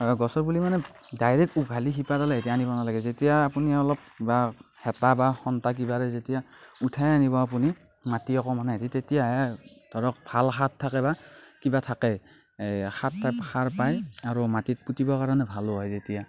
গছৰ পুলি মানে ডাইৰেক্ট উঘালি শিপাডাল সৈতে আনিব নেলাগে যেতিয়া আপুনি অলপ কিবা হেতা বা খন্তা কিবাৰে যেতিয়া উঠাই আনিব আপুনি মাটি অকণমানে সৈতে তেতিয়াহে ধৰক ভাল সাৰ থাকে বা কিবা থাকে এ সাৰ পায় আৰু মাটিত পুতিবৰ কাৰণে ভালো হয় তেতিয়া